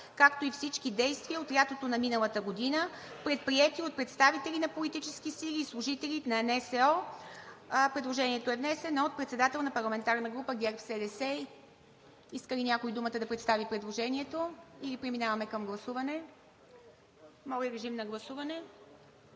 както и всички действия от лятото на миналата година, предприети от представители на политически сили и служители на НСО. Предложението е внесено от председателя на парламентарна група ГЕРБ-СДС. Иска ли някой думата да представи предложението, или преминаваме към гласуване? Няма. Гласували